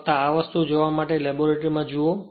ફક્ત આ વસ્તુ જોવા માટે લેબોરેટરીમાં જુઓ